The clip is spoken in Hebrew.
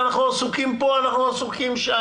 אנחנו עסוקים פה ושם.